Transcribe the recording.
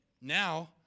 now